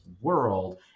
world